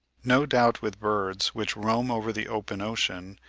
no doubt with birds which roam over the open ocean,